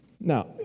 Now